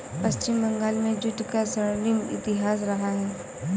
पश्चिम बंगाल में जूट का स्वर्णिम इतिहास रहा है